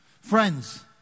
friends